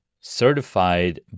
certified